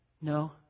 No